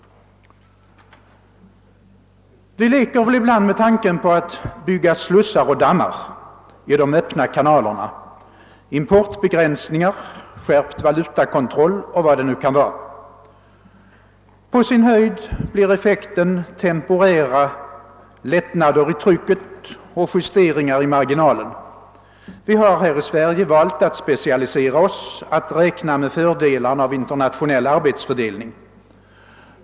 Vi leker väl ibland med tanken att bygga slussar och dammar i de öppna kanalerna: importbegränsningar, skärpt valutakontroll och vad det nu kan vara. På sin höjd blir effekten temporära lältnader i trycket och justeringar i marginalen. Vi har här i Sverige valt att specialisera oss, att räkna med fördelarna av internationell arbetsfördelning.